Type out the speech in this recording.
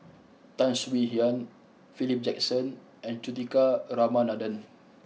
Tan Swie Hian Philip Jackson and Juthika Ramanathan